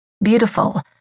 Beautiful